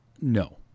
no